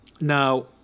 Now